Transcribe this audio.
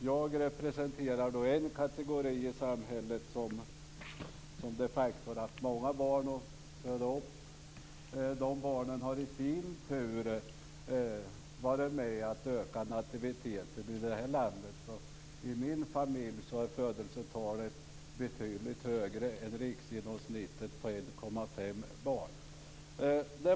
Jag representerar en kategori i samhället som de facto har haft många barn att föda upp. De barnen har i sin tur varit med om att öka nativiteten i det här landet. I min familj är födelsetalet betydligt högre än riksgenomsnittet på 1,5 barn.